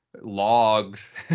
logs